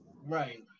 Right